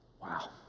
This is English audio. Wow